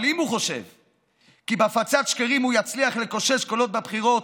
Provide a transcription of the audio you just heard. אבל אם הוא חושב כי בהפצת שקרים הוא יצליח לקושש קולות בבחירות,